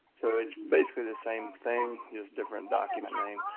so it's basically the same thing is different document.